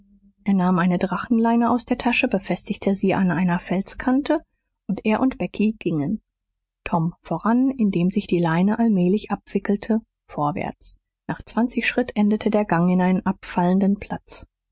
er nahm eine drachenleine aus der tasche befestigte sie an einer felskante und er und becky gingen tom voran indem sich die leine allmählich abwickelte vorwärts nach zwanzig schritt endete der gang in einen abfallenden platz